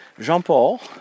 Jean-Paul